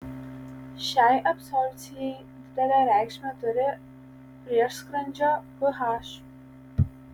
šiai absorbcijai didelę reikšmę turi prieskrandžio ph